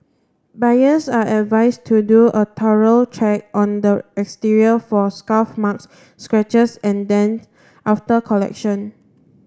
buyers are advised do a thorough check on the exterior for scuff marks scratches and dents after collection